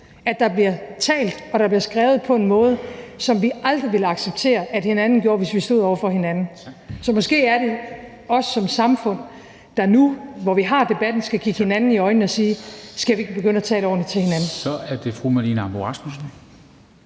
og der bliver skrevet på en måde, som vi aldrig ville acceptere man gjorde, hvis vi stod over for hinanden. Så måske er det os som samfund, der nu, hvor vi har debatten, skal kigge hinanden i øjnene og sige: Skal vi ikke begynde at tale ordentligt til hinanden? Kl. 23:47 Formanden